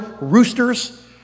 roosters